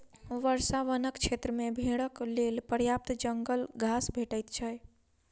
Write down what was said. वर्षा वनक क्षेत्र मे भेड़क लेल पर्याप्त जंगल घास भेटैत छै